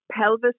pelvis